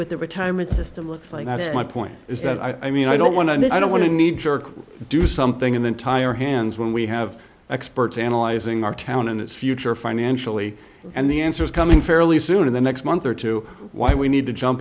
what the retirement system looks like that is my point is that i mean i don't want to miss i don't want to need to do something in the entire hands when we have experts analyzing our town and its future financially and the answer is coming fairly soon in the next month or two why we need to jump